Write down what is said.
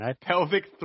pelvic